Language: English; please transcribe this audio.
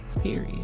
period